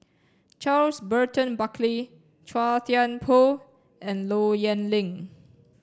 Charles Burton Buckley Chua Thian Poh and Low Yen Ling